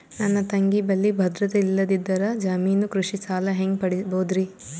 ನನ್ನ ತಂಗಿ ಬಲ್ಲಿ ಭದ್ರತೆ ಇಲ್ಲದಿದ್ದರ, ಜಾಮೀನು ಕೃಷಿ ಸಾಲ ಹೆಂಗ ಪಡಿಬೋದರಿ?